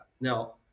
Now